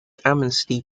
amnesty